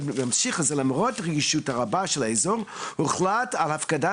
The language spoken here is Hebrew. ממשיך ואומר שלמרות הרגישות הרבה של האזור הוחלט על הפקדת